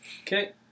Okay